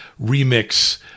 remix